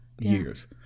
years